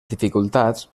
dificultats